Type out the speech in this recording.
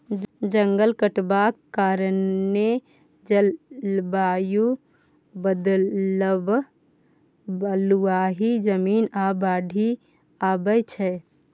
जंगल कटबाक कारणेँ जलबायु बदलब, बलुआही जमीन, आ बाढ़ि आबय छै